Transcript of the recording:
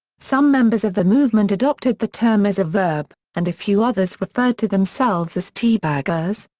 some members of the movement adopted the term as a verb, and a few others referred to themselves as teabaggers.